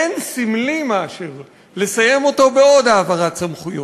אין סמלי מאשר לסיים אותו בעוד העברת סמכויות.